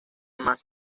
más